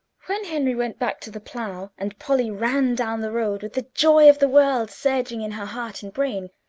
when henry went back to the plow, and polly ran down the road, with the joy of the world surging in her heart and brain,